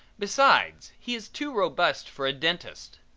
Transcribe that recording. besides he is too robust for a dentist.